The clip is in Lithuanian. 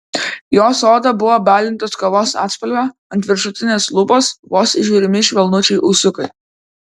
jos oda buvo balintos kavos atspalvio ant viršutinės lūpos vos įžiūrimi švelnučiai ūsiukai